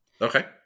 Okay